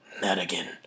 Madigan